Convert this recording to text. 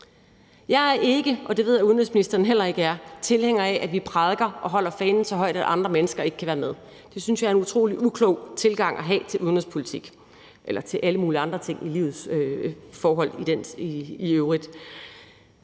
Jeg er ikke, og det ved jeg at udenrigsministeren heller ikke er, tilhænger af, at vi prædiker og holder fanen så højt, at andre mennesker ikke kan være med. Det synes jeg er en utrolig uklog tilgang at have til udenrigspolitik – og til alle mulige andre ting i livets forhold i øvrigt.